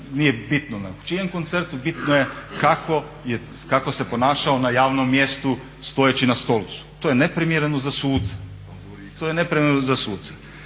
Nije bitno na čijem koncertu bitno je kako se ponašao na javnom mjestu stojeći na stolcu. To je neprimjereno za suca, to je neprimjereno za suca.